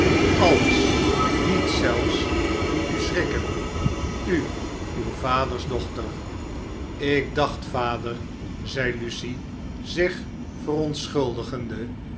alles niets zelfs doet u schrikken u uw vaders dochter lk dacht vader zei lucie zich